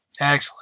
excellent